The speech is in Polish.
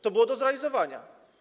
To było do zrealizowania.